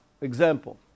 example